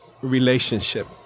relationship